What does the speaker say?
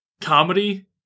comedy